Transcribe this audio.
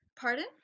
Pardon